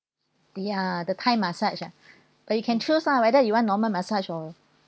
the ah the thai massage ah but you can choose lah whether you want normal massage or